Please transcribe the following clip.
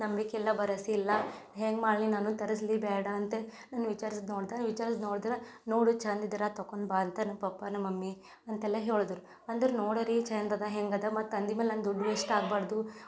ನಂಬಿಕೆ ಇಲ್ಲ ಭರ್ವಸಿ ಇಲ್ಲ ಹೆಂಗೆ ಮಾಡಲಿ ನಾನು ತರಸ್ಲ ಬೇಡ ಅಂದೆ ನಾನು ವಿಚಾರ್ಸಿ ನೋಡ್ದೆ ವಿಚಾರ್ಸಿ ನೋಡ್ದ್ರೆ ನೋಡು ಚೆಂದ ಇದ್ರೆ ತೊಕೊಂಡ್ ಬಾ ಅಂತ ನಮ್ಮ ಪಪ್ಪ ನಮ್ಮ ಮಮ್ಮಿ ಅಂತೆಲ್ಲ ಹೇಳ್ದ್ರು ಅಂದರು ನೋಡು ರೀ ಚೆಂದ ಇದೆ ಹೆಂಗೆ ಇದೆ ಮತ್ತು ತಂದಿದ್ದ ಮೇಲೆ ನನ್ನ ದುಡ್ಡು ವೇಸ್ಟ್ ಆಗ್ಬಾರ್ದು